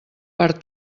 per